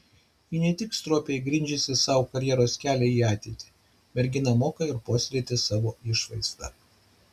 ji ne tik stropiai grindžiasi sau karjeros kelią į ateitį mergina moka ir puoselėti savo išvaizdą